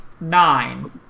nine